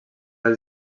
dels